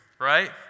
right